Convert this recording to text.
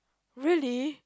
really